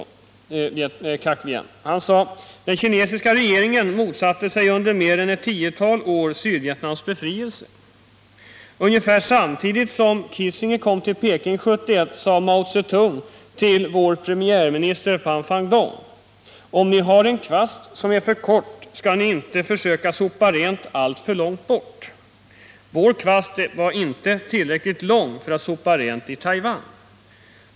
”Den kinesiska regeringen motsatte sig under mer än ett tiotal år Sydvietnams befrielse ——-. Ungefär samtidigt som Kissinger kom till Peking 1971, sa Mao Tse Tung till vår premiärminister Pham Van Dong: Om ni har en kvast som är för kort ska ni inte försöka sopa rent alltför långt bort. Vår kvast var inte tillräckligt lång för att sopa rent i Taiwan.